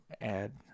add